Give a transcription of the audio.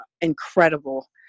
incredible